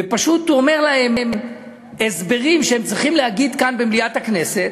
ופשוט הוא נותן להם הסברים שהם צריכים להגיד כאן במליאת הכנסת.